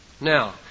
Now